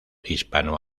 hispano